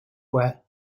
wear